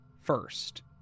first